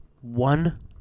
one